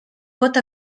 pot